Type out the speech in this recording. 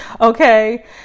Okay